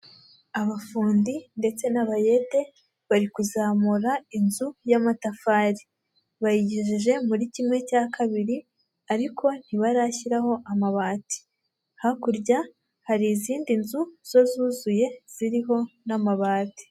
Abafundi ndetse n'abayede bari kuzamura inzu y'amatafari, bayigejeje muri kimwe cya kabiri. Ariko ntibarashyiraho amabati, hakurya hari izindi nzu zo zuzuye ziriho n'amabati.